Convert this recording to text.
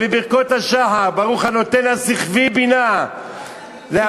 ואומר בברכות השחר "ברוך הנותן לשכווי בינה "שלא עשני אישה".